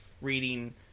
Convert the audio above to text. reading